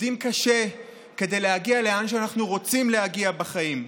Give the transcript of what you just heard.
עובדים קשה כדי להגיע לאן שאנחנו רוצים להגיע בחיים.